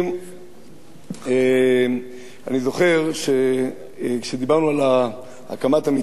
אני זוכר שכשדיברנו על הקמת המתקן הפתוח,